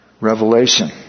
revelation